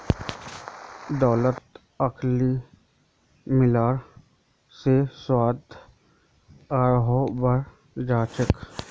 दालत अलसी मिला ल स्वाद आरोह बढ़ जा छेक